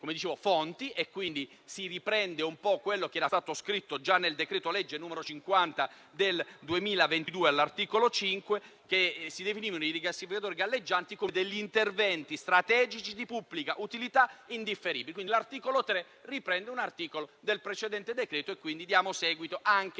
a queste fonti: quindi, si riprende quello che era stato scritto già nel decreto-legge n. 50 del 2022 all'articolo 5, dove si definivano i rigassificatori galleggianti come degli interventi strategici di pubblica utilità indifferibili. Quindi, l'articolo 3 riprende un articolo del precedente decreto e così diamo seguito anche